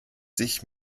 sich